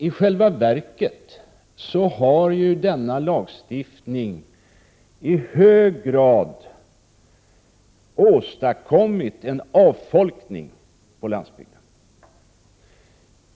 I själva verket har denna lagstiftning i hög grad vållat en avfolkning på landsbygden.